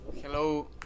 Hello